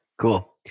Cool